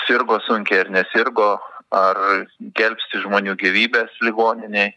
sirgo sunkiai ar nesirgo ar gelbsti žmonių gyvybes ligoninėj